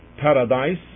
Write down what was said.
paradise